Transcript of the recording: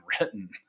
written